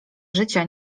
życia